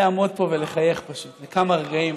לעמוד פה ולחייך פשוט לכמה רגעים,